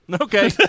Okay